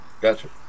Gotcha